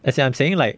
as in I'm saying like